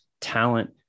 talent